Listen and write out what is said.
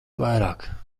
vairāk